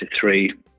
three